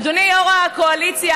אדוני יו"ר הקואליציה,